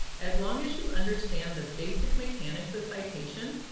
as long as you understand the basic mechanics of citation,